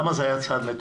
למה זה היה צעד מטומטם?